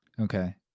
okay